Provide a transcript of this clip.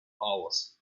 hours